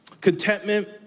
Contentment